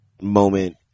moment